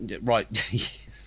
right